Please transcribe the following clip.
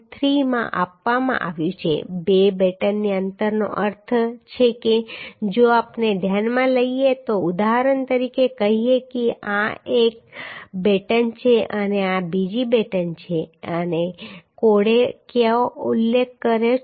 3 માં આપવામાં આવ્યું છે બે બેટનની અંતરનો અર્થ છે કે જો આપણે ધ્યાનમાં લઈએ તો ઉદાહરણ તરીકે કહીએ કે આ એક બેટન છે અને આ બીજી બેટન છે અને કોડે કયો ઉલ્લેખ કર્યો છે